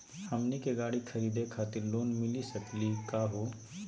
हमनी के गाड़ी खरीदै खातिर लोन मिली सकली का हो?